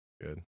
good